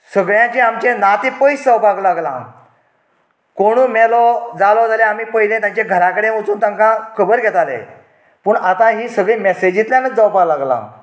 सगळ्याचें आमचें नातें पयस जावपाक लागलां कोण मेलो जालो जाल्यार आमी पयलें तांचें घरा कडेन वचून तांकां खबर घेतालें पूण आता हीं सगळीं मेसेजींतल्यानच जावपाक लागलां